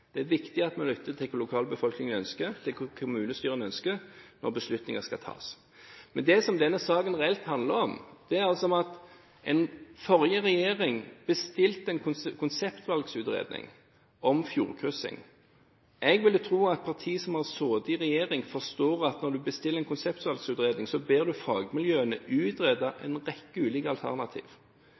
Det er viktig at vi lytter til hva lokalbefolkningen ønsker – hva kommunestyrene ønsker – når beslutninger skal tas. Det denne saken reelt handler om, er at den forrige regjering bestilte en konseptvalgutredning om fjordkryssing. Jeg ville tro at partier som har sittet i regjering, forstår at når man bestiller en konseptvalgutredning, ber man fagmiljøene utrede en rekke ulike